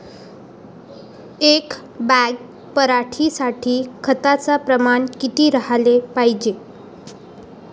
एक बॅग पराटी साठी खताचं प्रमान किती राहाले पायजे?